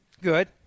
Good